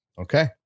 Okay